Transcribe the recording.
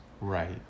Right